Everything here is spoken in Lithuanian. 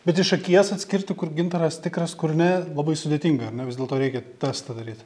bet iš akies atskirti kur gintaras tikras kur ne labai sudėtinga ar ne vis dėlto reikia testą daryt